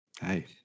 Hey